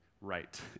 right